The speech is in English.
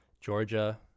Georgia